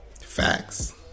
Facts